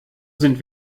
sind